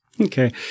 Okay